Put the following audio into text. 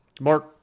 Mark